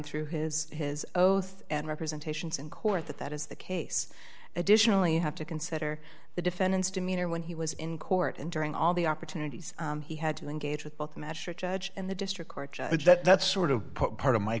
through his his oath and representations in court that that is the case additionally you have to consider the defendant's demeanor when he was in court and during all the opportunities he had to engage with both a magistrate judge and the district court judge that's sort of part of my